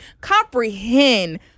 comprehend